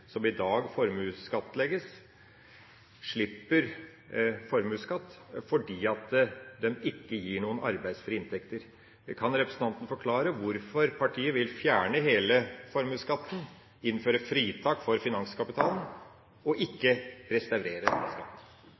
i dag formuesskattlegges, slipper formuesskatt fordi de ikke gir noen arbeidsfrie inntekter. Kan representanten forklare hvorfor partiet vil fjerne hele formuesskatten, innføre fritak for finanskapital, og ikke restaurere